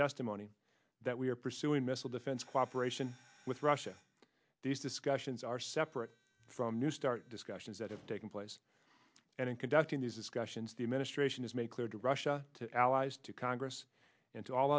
testimony that we are pursuing missile defense cooperation with russia these discussions are separate from new start discussions that have taken place and in conducting these discussions the administration has made clear to russia to allies to congress and to all